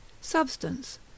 substance